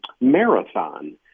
Marathon